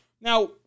Now